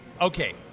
okay